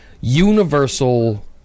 Universal